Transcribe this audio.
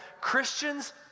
Christians